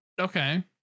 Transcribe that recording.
Okay